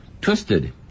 twisted